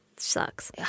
Sucks